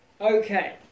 Okay